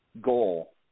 goal